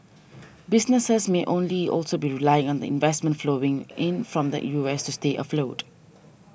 businesses may only also be relying on the investment flowing in from the U S to stay afloat